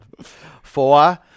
Four